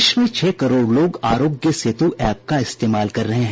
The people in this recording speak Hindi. देश में छह करोड़ लोग आरोग्य सेतु ऐप का इस्तेमाल कर रहे हैं